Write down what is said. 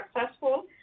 successful